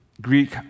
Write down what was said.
Greek